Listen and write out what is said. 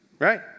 Right